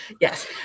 yes